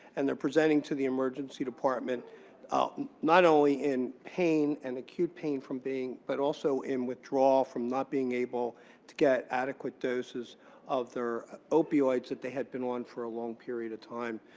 and they're presenting to the emergency department and not only in pain and acute pain from being but also in withdrawal from not being able to get adequate doses of their opioids that they had been on for a long period of time.